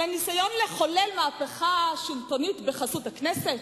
על הניסיון לחולל מהפכה שלטונית בחסות הכנסת?